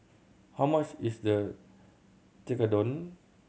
how much is the Tekkadon